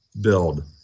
build